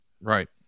Right